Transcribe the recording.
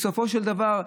בסופו של דבר,